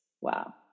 Wow